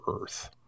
Earth